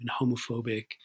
homophobic